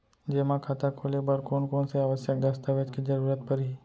जेमा खाता खोले बर कोन कोन से आवश्यक दस्तावेज के जरूरत परही?